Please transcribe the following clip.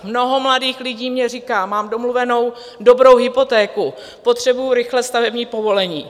Mnoho mladých lidí mně říká: Mám domluvenou dobrou hypotéku, potřebuji rychle stavební povolení.